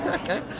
okay